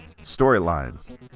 storylines